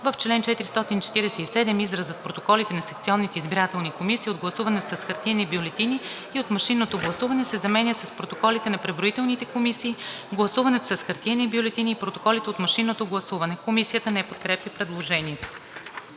В чл. 447 изразът „протоколите на секционните избирателни комисии от гласуването с хартиени бюлетини и от машинното гласуване“ се заменя с „протоколите на преброителните комисии от гласуването с хартиени бюлетини и протоколите от машинното гласуване“.“ Комисията не подкрепя предложението.